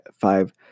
five